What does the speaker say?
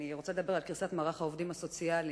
אני רוצה לדבר על קריסת מערך העובדים הסוציאליים.